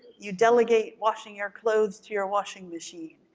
you delegate washing your clothes to your washing machine.